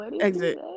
exit